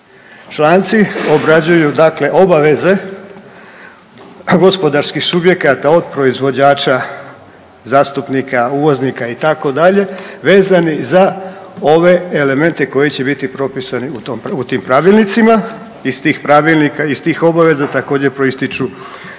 članci obrađuju dakle obaveze gospodarskih subjekata od proizvođača, zastupnika, uvoza, itd., vezani za ove elemente koji će biti propisani u tim pravilnicima. Iz tih pravilnika, iz tih obaveza također, proističu